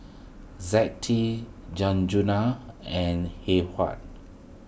Zettie Sanjuana and Heyward